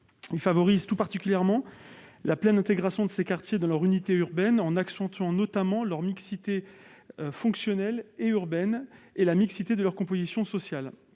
Il favorise tout particulièrement la pleine intégration de ces quartiers dans leur unité urbaine, en accentuant notamment leur mixité fonctionnelle et urbaine et la mixité de leur composition sociale.